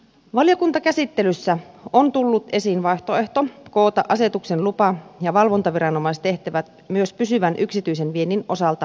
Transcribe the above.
valiokuntakäsittelyssä on tullut esiin vaihtoehto koota asetuksen lupa ja valvontaviranomaistehtävät myös pysyvän yksityisen viennin osalta poliisihallitukseen